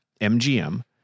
MGM